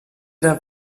der